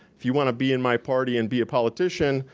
if you wanna be in my party and be a politician,